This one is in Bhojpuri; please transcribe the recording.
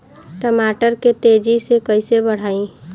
टमाटर के तेजी से कइसे बढ़ाई?